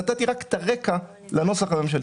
נתתי רק את הרקע לנוסח הממשלתי.